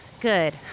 Good